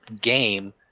game